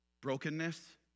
Brokenness